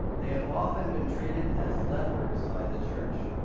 they have often been treated as lepers by the church.